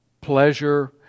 pleasure